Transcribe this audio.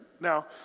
Now